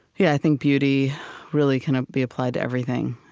yeah i think beauty really can ah be applied to everything.